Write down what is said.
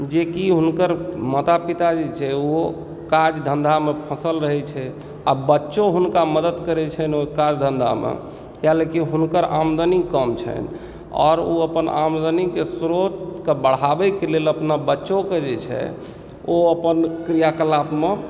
जे कि हुनकर माता पिता जे छै ओ काज धन्धामे फँसल रहै छै आ बच्चो हुनका मदद करैत छनि ओ काज धन्धामे किआक लए कि हुनकर आमदनी कम छनि आओर ओ अपन आमदनीके श्रोतके बढ़ाबैके लेल अपना बच्चोकेँ जे छै ओ अपन क्रिया कलापमे